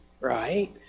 right